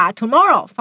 tomorrow